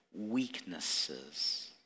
weaknesses